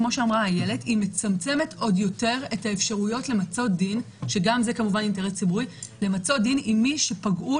היא מצמצמת עוד יותר את האפשרויות למצות דין עם מי שפגעו,